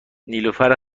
نیلوفر